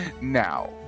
Now